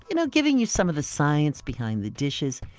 you know giving you some of the science behind the dishes.